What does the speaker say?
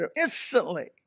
Instantly